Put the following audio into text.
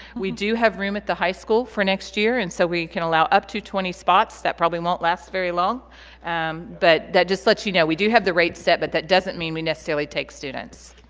we do have room at the high school for next year and so we can allow up to twenty spots that probably won't last very long um but that just lets you know we do have the rate set but that doesn't mean we necessarily take students